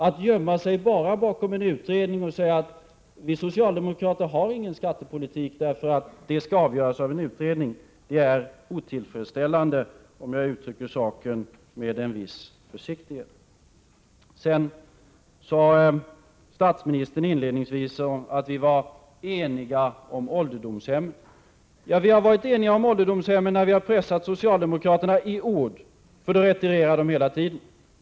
Att gömma sig bakom en utredning och säga att socialdemokraterna inte har någon skattepolitik därför att den skall avgöras av en utredning är otillfredsställande, om jag uttrycker saken med en viss försiktighet. Statsministern sade inledningsvis att vi var eniga om ålderdomshemmen. Ja, vi har varit eniga om ålderdomshemmen när vi har pressat socialdemokraterna i ord, för de retirerar hela tiden.